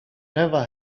never